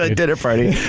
ah dinner parties.